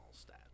stat